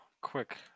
quick